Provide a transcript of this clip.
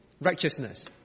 righteousness